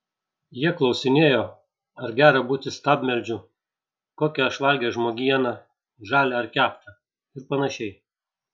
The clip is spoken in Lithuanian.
jie klausinėjo ar gera būti stabmeldžiu kokią aš valgęs žmogieną žalią ar keptą ir panašiai